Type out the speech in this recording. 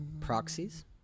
proxies